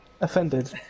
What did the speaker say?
offended